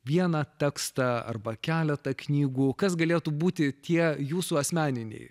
vieną tekstą arba keletą knygų kas galėtų būti tie jūsų asmeniniai